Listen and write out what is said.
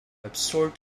absorbed